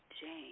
Jane